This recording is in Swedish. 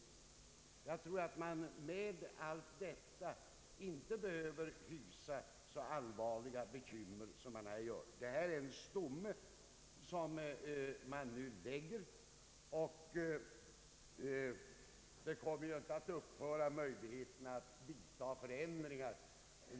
Allt detta gör att man nog inte behöver hysa så allvarliga bekymmer. Det är en stomme som nu framlagts, och möjligheten att vidta förändringar kommer inte att upphöra när utskottets förslag väl skall sättas i verket. Herr talman!